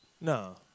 No